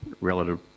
relative